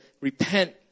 Repent